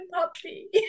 puppy